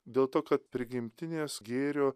dėl to kad prigimtinės gėrio